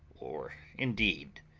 or, indeed,